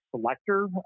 selector